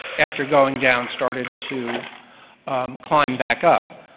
after going down, started to climb back up.